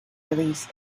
release